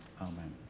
Amen